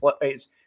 plays